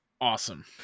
awesome